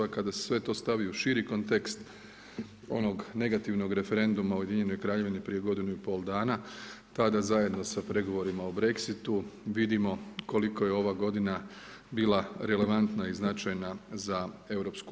A kada se sve to stavi u širi kontekst onog negativnog referenduma Ujedinjene Kraljevine prije godinu i pol dana, tada zajedno sa pregovorima o BREXIT-u vidimo koliko je ova godina bila relevantna i značajna za EU.